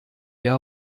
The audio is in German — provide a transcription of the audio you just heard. her